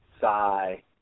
sigh